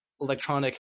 electronic